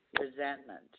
resentment